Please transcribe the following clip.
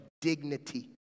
dignity